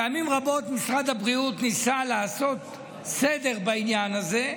פעמים רבות משרד הבריאות ניסה לעשות סדר בעניין הזה,